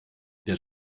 der